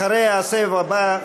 אחריה, הסבב הבא.